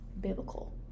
biblical